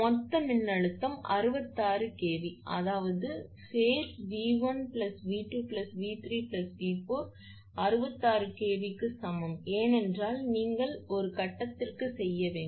மொத்த மின்னழுத்தம் 66 kV அதாவது phase V1 𝑉2 𝑉3 𝑉4 66kv க்கு சமம் ஏனென்றால் நீங்கள் ஒரு கட்டத்திற்கு செய்ய வேண்டும்